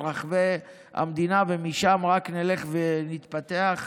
ומשם רק נלך ונתפתח.